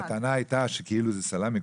הטענה הייתה שכאילו זה סלמי,